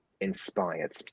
inspired